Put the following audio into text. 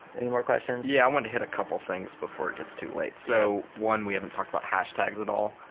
any more questions? yeah, i wanted to hit a couple things before it gets too late. so one, we haven't talked about hashtags at all.